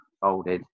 folded